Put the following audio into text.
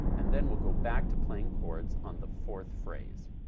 and then we'll go back to playing chords on the fourth phrase.